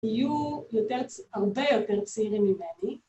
‫היו יותר, הרבה יותר צעירים ממני.